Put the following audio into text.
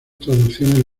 traducciones